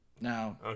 No